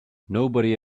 nobody